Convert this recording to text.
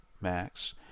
Max